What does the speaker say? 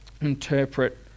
interpret